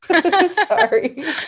Sorry